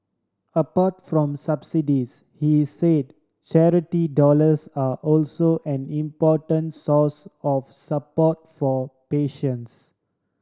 apart from subsidies he said charity dollars are also an important source of support for patients